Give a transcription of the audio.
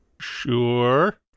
Sure